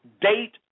date